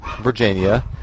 Virginia